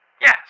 Yes